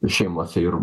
ir šeimose ir